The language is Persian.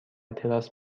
تراس